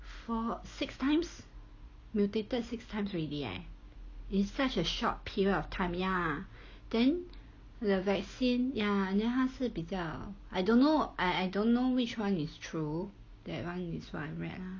four six times mutated six times already leh in such a short period of time ya then the vaccine ya ya 他是比较 I don't know I I don't know which [one] is true that [one] is what I read lah